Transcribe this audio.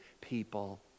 people